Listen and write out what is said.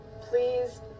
please